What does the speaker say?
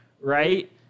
Right